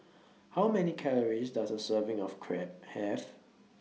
How Many Calories Does A Serving of Crepe Have